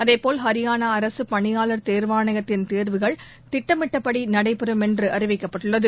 அதேபோல் ஹரியானாஅரசுபணியாளர் தேர்வாணையத்தின் தேர்வுகள் திட்டமிட்டபடிநடைபெறும் என்றுஅறிவிக்கப்பட்டுள்ளது